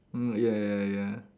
mm ya ya ya ya ya